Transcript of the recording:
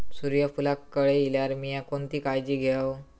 सूर्यफूलाक कळे इल्यार मीया कोणती काळजी घेव?